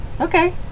Okay